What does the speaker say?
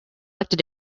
elected